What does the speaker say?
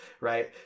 right